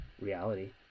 reality